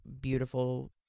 beautiful